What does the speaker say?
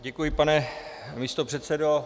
Děkuji, pane místopředsedo.